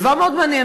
דבר מאוד מעניין,